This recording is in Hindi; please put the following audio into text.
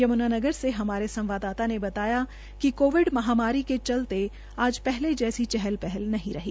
यमुनानगरा से हमारे संवाददाता ने बताया कि कोविड महामारी के चलते आज पहले जैसी चहल पहल नहीं रही